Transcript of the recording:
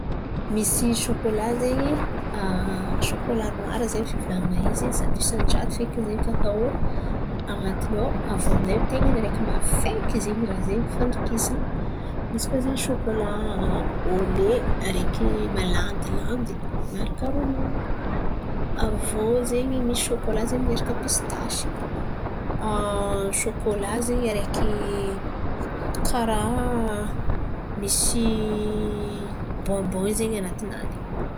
Misy sokola zen̈y sokola noara ze fivolan̈ana zato isan-jato feky ze kakaô an̈atiny ao. Aviô aminjay tain̈a ny araiky mafaiky ze iraha zen̈y. Fandokisan̈a misy koa zen̈y sokola ole araiky malandilandy miaraka ronono misy koa sokola miaraka pisitasy, sokola araiky karàha misy bômbô in̈y ze an̈ati-nany.